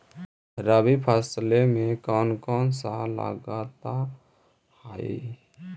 रबी फैसले मे कोन कोन सा लगता हाइय?